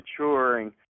maturing